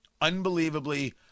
Unbelievably